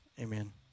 Amen